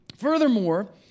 Furthermore